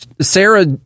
Sarah